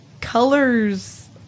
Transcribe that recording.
colors